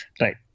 right